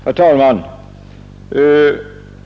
Herr talman!